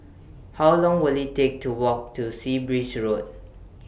How Long Will IT Take to Walk to Sea Breeze Road